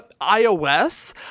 iOS